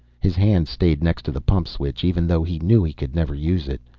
his hand stayed next to the pump switch, even though he knew he could never use it.